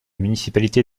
municipalité